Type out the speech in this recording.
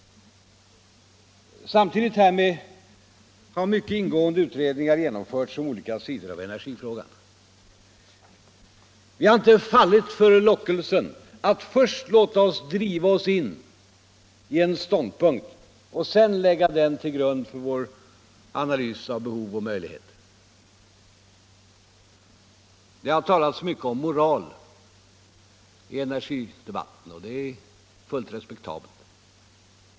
Samtidigt härmed har mycket ingående utredningar genomförts om olika sidor av energifrågan. Vi har inte fallit för lockelsen att först låta oss drivas in i en ståndpunkt och sedan lägga den till grund för vår analys av behov och möjligheter. Det har talats mycket om moral i energidebatten. Det är fullt respektabelt.